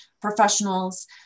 professionals